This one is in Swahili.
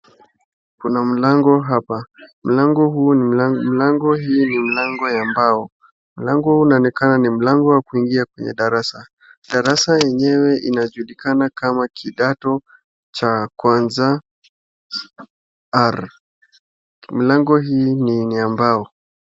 Kuna mlango hapa, mlango hii ni mlango ya mbao. Mlango huu unaonekana ni mlango wa kuingia kwenye darasa, darasa yenyewe inajulikana kama kidato cha kwanza R. Mlango hii ni ya mbao.